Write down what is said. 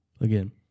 Again